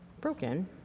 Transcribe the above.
broken